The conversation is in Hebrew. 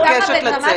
היא קמה בדרמטיות,